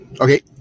Okay